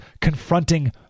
confronting